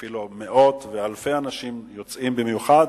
אפילו מאות ואלפי אנשים יוצאים במיוחד,